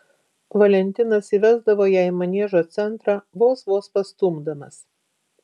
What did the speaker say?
valentinas įvesdavo ją į maniežo centrą vos vos pastumdamas